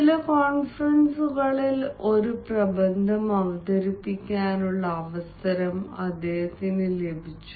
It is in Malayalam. ചില കോൺഫറൻസുകളിൽ ഒരു പ്രബന്ധം അവതരിപ്പിക്കാനുള്ള അവസരം അദ്ദേഹത്തിന് ലഭിച്ചു